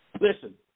Listen